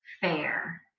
fair